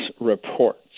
reports